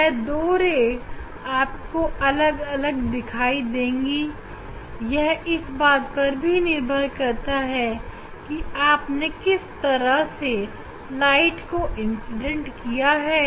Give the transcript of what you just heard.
यह दो किरण आपको अलग अलग दिखाई देंगी यह इस बात पर भी निर्भर करता है कि आपने किस तरह से लाइट को इंसिडेंट किया है